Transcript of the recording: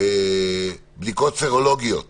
לעשות בדיקות סרולוגיות